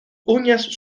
uñas